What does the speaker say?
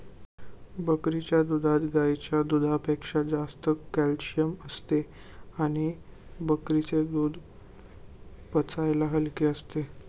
बकरीच्या दुधात गाईच्या दुधापेक्षा जास्त कॅल्शिअम असते आणि बकरीचे दूध पचायला हलके असते